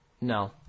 No